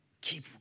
Keep